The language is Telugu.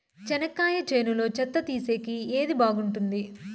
చెనక్కాయ చేనులో చెత్త తీసేకి ఏది బాగుంటుంది?